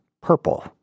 purple